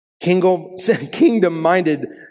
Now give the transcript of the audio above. Kingdom-minded